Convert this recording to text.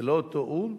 זה לא אותו או"ם?